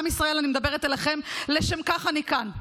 עם ישראל, אני מדברת אליכם, לשם כך אני כאן.